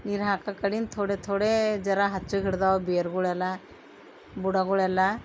ನೀರು ಹಾಕೋ ಕಡಿಂದ ಥೊಡೆ ಥೊಡೆ ಜರಾ ಹಚ್ಚಗೆ ಹಿಡ್ದಾವ ಬೇರ್ಗಳೆಲ್ಲ ಬುಡಗಳೆಲ್ಲ